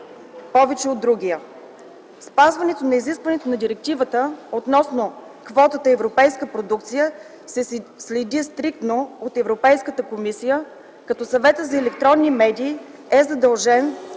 езици над другия. Спазването на изискванията на директивата относно квотата „европейска продукция” се следи стриктно от Европейската комисия, като Съветът за електронни медии е задължен